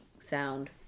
sound